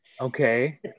Okay